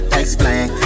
explain